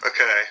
Okay